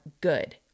good